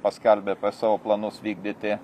paskelbė savo planus vykdyti